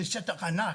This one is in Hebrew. זה שטח ענק,